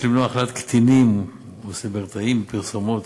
יש למנוע הכללת קטינים או סלבריטאים בפרסומות.